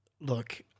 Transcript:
Look